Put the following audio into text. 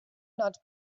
not